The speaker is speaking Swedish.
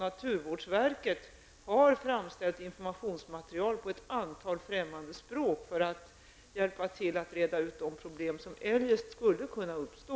Naturvårdsverket har framställt informationsmaterial på ett antal främmande språk för att hjälpa till att förhindra de problem som eljest skulle kunna uppstå.